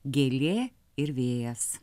gėlė ir vėjas